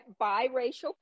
biracial